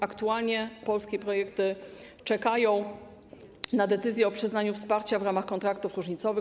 Aktualnie polskie projekty czekają na decyzję o przyznaniu wsparcia w ramach kontraktów różnicowych.